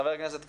חבר הכנסת כסיף,